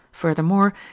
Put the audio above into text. Furthermore